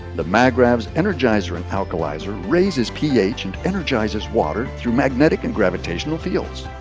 the magravs energizer and alkalizer raises ph and energizes water through magnetic and gravitational fields.